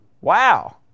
Wow